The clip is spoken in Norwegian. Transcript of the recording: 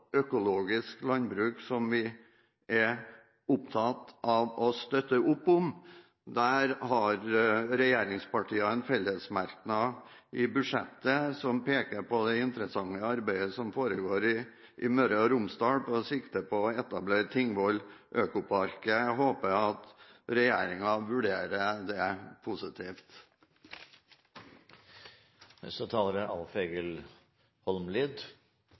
økologisk landbruk, som vi er opptatt av å støtte opp om. Der har regjeringspartiene en fellesmerknad i budsjettet som peker på det interessante arbeidet som foregår i Møre og Romsdal med sikte på å etablere Tingvoll Økopark. Jeg håper regjeringen vurderer det positivt.